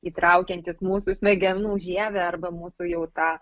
įtraukiantis mūsų smegenų žievę arba mūsų jau tą